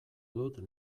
dut